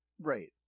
Right